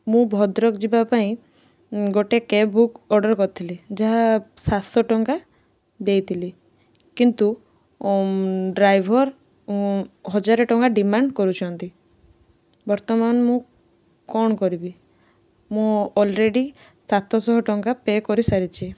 ମୁଁ ଭଦ୍ରକ ଯିବାପାଇଁ ଗୋଟେ କ୍ୟାବ୍ ବୁକ୍ ଅର୍ଡ଼ର୍ କରିଥିଲି ଯାହା ସାତଶହ ଟଙ୍କା ଦେଇଥିଲି କିନ୍ତୁ ଡ୍ରାଇଭର୍ ହଜାରେ ଟଙ୍କା ଡିମାଣ୍ଡ କରୁଛନ୍ତି ବର୍ତ୍ତମାନ ମୁଁ କଣ କରିବି ମୁଁ ଅଲ୍ରେଡ଼ି ସାତଶହ ଟଙ୍କା ପେ କରିସାରିଛି